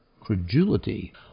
credulity